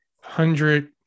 hundred